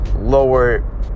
lower